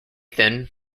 thin